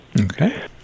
Okay